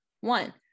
One